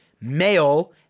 male